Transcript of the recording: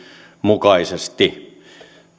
mukaisesti